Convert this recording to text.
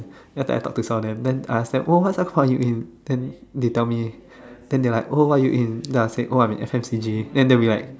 then after that I talk to some of them then ask them oh what's the course are you in then they tell me then they like oh what are you in then I said oh I'm in S_M_T_G then that we like